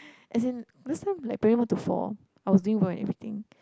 as in last time like primary one to four I was doing well in everything